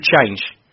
change